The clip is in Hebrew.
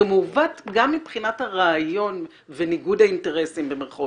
זה מעוות גם מבחינת הרעיון ו"ניגוד האינטרסים"